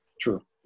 True